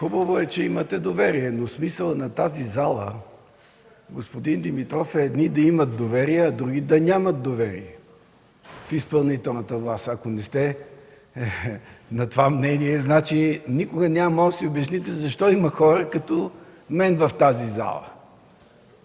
Хубаво е, че имате доверие, но смисълът на тази зала, господин Димитров, е едни да имат, а други да нямат доверие в изпълнителната власт. Ако не сте на това мнение, значи никога няма да можете да си обясните защо тук има хора като мен. Това